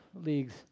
leagues